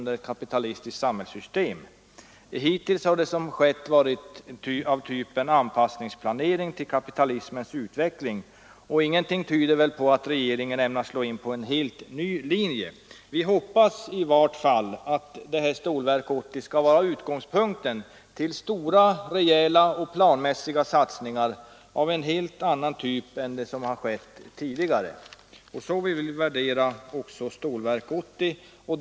Det som skett hittills har varit av typen anpassning till kapitalismens utveckling. Ingenting tyder på att regeringen ämnar slå in på en helt ny linje. Vi hoppas dock att Stålverk 80 skall bli utgångspunkten för stora, rejäla och planmässiga satsningar av en helt annan typ än hittills. Och så vill vi också värdera Stålverk 80.